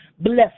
Bless